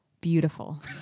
beautiful